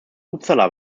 uppsala